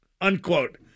Unquote